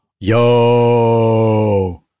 Yo